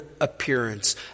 appearance